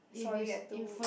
sorry I too